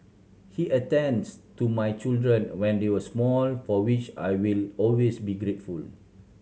he attends to my children when they were small for which I will always be grateful